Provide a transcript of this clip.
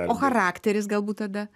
o charakteris galbūt tada